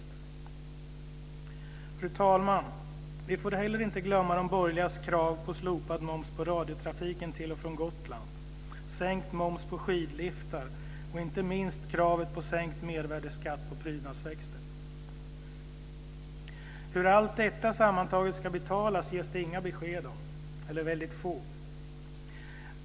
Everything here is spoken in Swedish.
Fru talman! Vi får inte heller glömma de borgerligas krav på slopad moms på radiotrafiken till och från Gotland, sänkt moms på skidliftar och, inte minst, kravet på sänkt mervärdesskatt på prydnadsväxter. Hur allt detta sammantaget ska betalas ges det inga besked om, eller väldigt få.